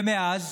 ומאז